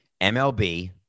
MLB